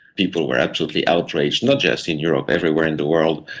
people were absolutely outraged, not just in europe, everywhere in the world,